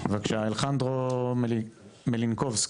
בבקשה, אלחנדרו מלינקובסקי,